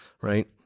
right